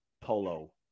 polo